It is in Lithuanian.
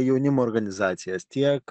jaunimo organizacijas tiek